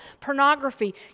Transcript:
pornography